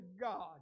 God